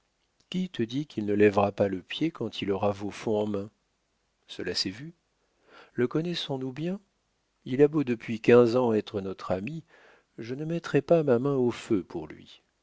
qui te dit qu'il ne lèvera pas le pied quand il aura vos fonds en main cela s'est vu le connaissons-nous bien il a beau depuis quinze ans être notre ami je ne mettrais pas la main au feu pour lui